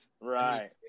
Right